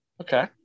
Okay